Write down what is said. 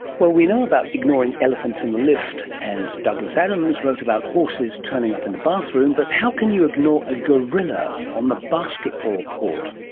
we know about ignoring elephants in the lift, and douglas adams wrote about horses turning up in the bathroom, but how can you ignore a gorilla on the basketball court?